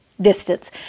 distance